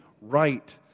right